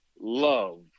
love